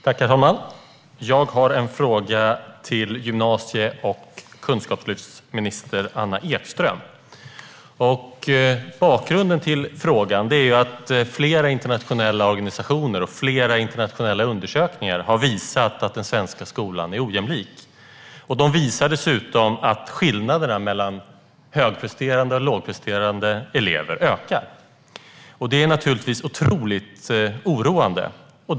Herr talman! Jag har en fråga till gymnasie och kunskapslyftsminister Anna Ekström. Bakgrunden till frågan är att flera internationella organisationer och undersökningar har visat att den svenska skolan är ojämlik. De visar dessutom att skillnaderna mellan högpresterande och lågpresterande elever ökar. Detta är naturligtvis otroligt oroande.